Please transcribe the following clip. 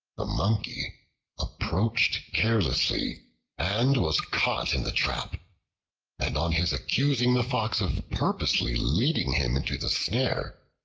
the monkey approached carelessly and was caught in the trap and on his accusing the fox of purposely leading him into the snare,